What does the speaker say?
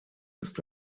ist